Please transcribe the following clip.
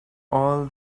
all